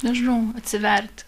nežinau atsiverti